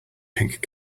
pink